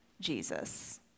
Jesus